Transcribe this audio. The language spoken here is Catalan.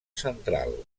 central